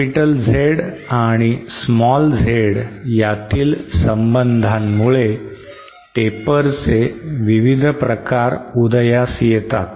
capital Z आणि small z यातील संबंधांमुळे Taper चे विविध प्रकार उदयास येतात